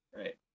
Right